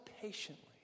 patiently